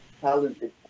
talented